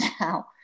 now